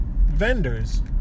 vendors